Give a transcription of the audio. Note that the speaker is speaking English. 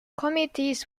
committees